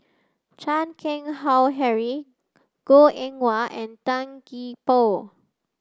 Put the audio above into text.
Chan Keng Howe Harry Goh Eng Wah and Tan Gee Paw